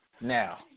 Now